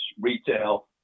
retail